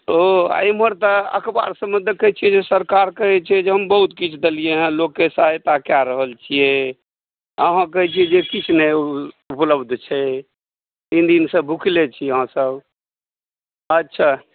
ओ आ इम्हर तऽ अखबार सभमे देखै छियै जे सरकार कहै छै जे हम बहुत किछु देलियै हँ लोककेँ सहायता कय रहल छियै अहाँ कहै छी जे किछु नहि उपलब्ध छै तीन दिनसे भुखले छी अहाँ सभ अच्छा